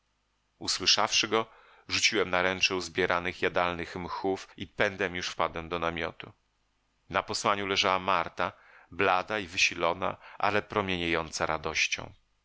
usłyszawszy go rzuciłem naręcze uzbieranych jadalnych mchów i pędem już wpadłem do namiotu na posłaniu leżała marta blada i wysilona ale promieniejąca radością